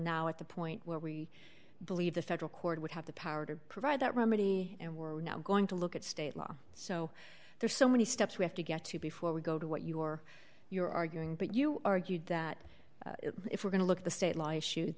now at the point where we believe the federal court would have the power to provide that remedy and we're now going to look at state law so there's so many steps we have to get to before we go to what your you're arguing but you argued that if we're going to look at the state law